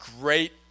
great